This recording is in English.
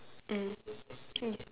mmhmm